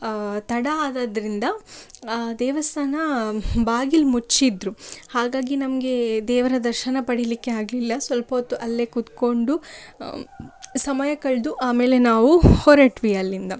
ತಡ ಆದದ್ರಿಂದ ಆ ದೇವಸ್ಥಾನ ಬಾಗಿಲು ಮುಚ್ಚಿದ್ರು ಹಾಗಾಗಿ ನಮಗೆ ದೇವರ ದರ್ಶನ ಪಡಿಲಿಕ್ಕೆ ಆಗಲಿಲ್ಲ ಸ್ವಲ್ಪೊತ್ತು ಅಲ್ಲೇ ಕುತ್ಕೊಂಡು ಸಮಯ ಕಳೆದು ಆಮೇಲೆ ನಾವು ಹೊರಟ್ವಿ ಅಲ್ಲಿಂದ